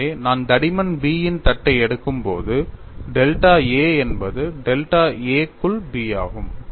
எனவே நான் தடிமன் B இன் தட்டை எடுக்கும்போது டெல்டா A என்பது டெல்டா a க்குள் B ஆகும்